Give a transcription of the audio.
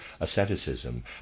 asceticism